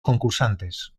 concursantes